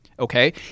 Okay